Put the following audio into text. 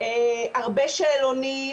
הרבה שאלונים,